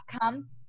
come